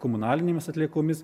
komunalinėmis atliekomis